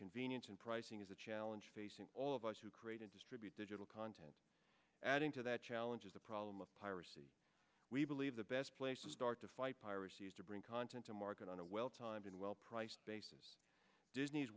convenience and pricing is the challenge facing all of us who create and distribute digital content adding to that challenges the problem of piracy we believe the best place to start to fight piracy is to bring content to market on a well timed and well priced basis disney